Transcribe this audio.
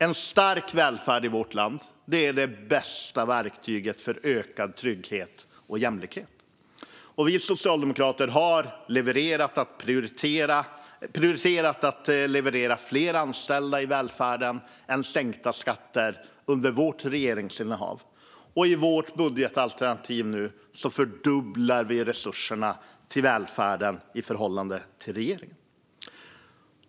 En stark välfärd i vårt land är det bästa verktyget för ökad trygghet och jämlikhet. Vi socialdemokrater har prioriterat att leverera fler anställda i välfärden framför sänkta skatter under vårt regeringsinnehav. I vårt budgetalternativ fördubblar vi resurserna till välfärden i förhållande till regeringen.